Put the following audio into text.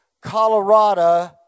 Colorado